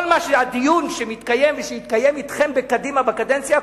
כל הדיון שמתקיים ושהתקיים אתכם בקדימה בקדנציה הקודמת,